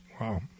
Wow